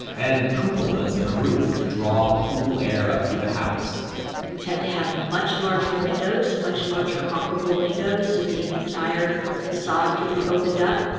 and cupolas in the roof to draw cool air up through the house you tend to have much larger windows, much larger operable windows, so the entire facade could be opened up.